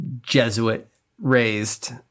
Jesuit-raised